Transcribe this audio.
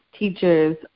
teachers